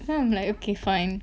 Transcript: then I'm like okay fine